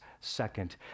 second